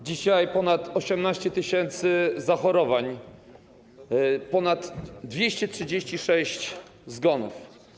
Dzisiaj ponad 18 tys. zachorowań, ponad 236 zgonów.